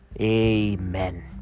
Amen